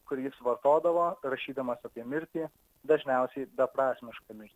kurį jis vartodavo rašydamas apie mirtį dažniausiai beprasmišką mirtį